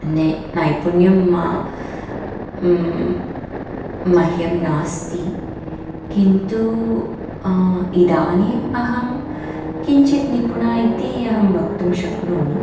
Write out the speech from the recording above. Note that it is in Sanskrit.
ने नैपुण्यं मा मह्यं नास्ति किन्तु इदानीम् अहं किञ्चित् निपुणा इति अहं वक्तुं शक्नोमि